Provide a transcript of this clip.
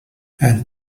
and